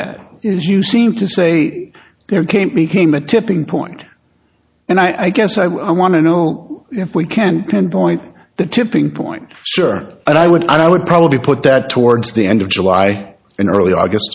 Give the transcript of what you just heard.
that is you seem to say there came became a tipping point and i guess i want to know if we can pinpoint the tipping point sure and i would i would probably put that towards the end of july in early august